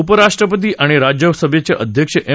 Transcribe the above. उपराष्ट्रपती आणि राज्यसभेचे अध्यक्ष एम